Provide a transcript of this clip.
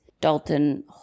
Dalton